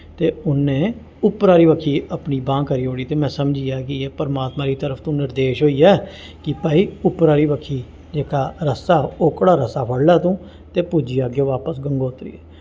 ते उ'न्ने उप्पर आह्ली बक्खी अपनी बांह् करी ओड़ी ते में समझी आ कि एह् परमात्मा दी तरफ तो निर्देश होई ऐ कि भाई उप्पर आह्ली बक्खी जेह्का रस्ता ओह्कड़ा रस्ता फड़ लै तूं ते पुज्जी जाह्गे बापस गंगोत्री